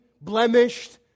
blemished